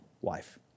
wife